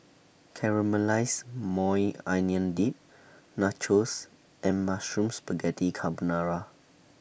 Caramelized Maui Onion Dip Nachos and Mushroom Spaghetti Carbonara